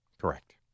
Correct